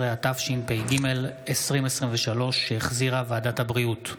12), התשפ"ג 2023, שהחזירה ועדת הבריאות.